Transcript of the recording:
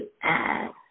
add